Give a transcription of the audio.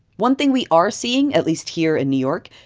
one thing we are seeing, at least here in new york,